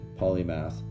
polymath